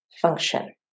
function